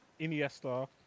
Iniesta